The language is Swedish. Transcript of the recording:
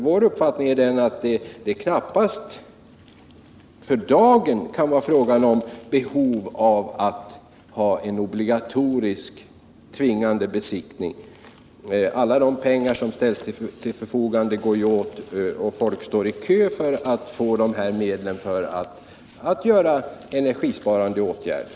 Vår uppfattning är att det för dagen knappast finns något behov av en tvingande obligatorisk besiktning. Alla pengar som ställs till förfogande för energisparande åtgärder går ju åt. Folk står i kö för att få dessa medel.